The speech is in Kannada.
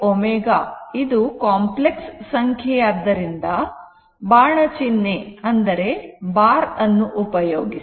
R j L ω ಇದು ಸಂಕೀರ್ಣ ಸಂಖ್ಯೆ ಆದ್ದರಿಂದ ಬಾಣ ಚಿಹ್ನೆ ಉಪಯೋಗಿಸಿ